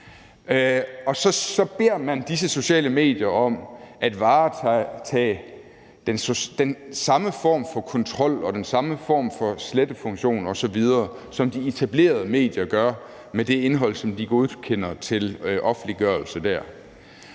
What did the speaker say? Så beder man disse sociale medier om at varetage den samme form for kontrol og den samme form for slettefunktion osv., som de etablerede medier har i forhold til det indhold, som de godkender til offentliggørelse.